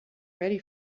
ready